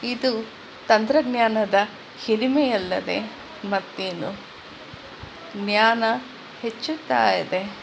ಇದು ತಂತ್ರಜ್ಞಾನದ ಹಿರಿಮೆಯಲ್ಲದೆ ಮತ್ತೇನು ಜ್ಞಾನ ಹೆಚ್ಚುತ್ತಾ ಇದೆ